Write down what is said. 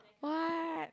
what